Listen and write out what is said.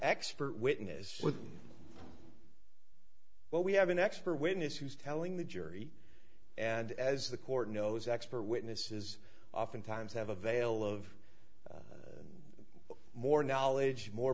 expert witness but we have an expert witness who's telling the jury and as the court knows expert witnesses oftentimes have a veil of more knowledge more